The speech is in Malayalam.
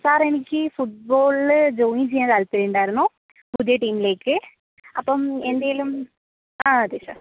സാർ എനിക്ക് ഫുട്ബോളില് ജോയിൻ ചെയ്യാൻ താൽപര്യവുണ്ടാരുന്നു പുതിയ ടീമിലേക്ക് അപ്പം എന്തേലും ആ അതെ സാർ